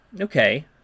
okay